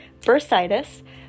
bursitis